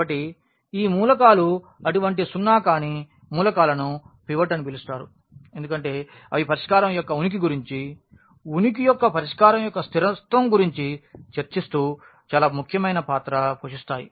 కాబట్టి ఈ మూలకాలు అటువంటి సున్నా కాని మూలకాలను పివట్ అని పిలుస్తారు ఎందుకంటే అవి పరిష్కారం యొక్క ఉనికి గురించి ఉనికి యొక్క పరిష్కారం యొక్క స్థిరత్వం గురించి చర్చిస్తూ చాలా ముఖ్యమైన పాత్ర పోషిస్తాయి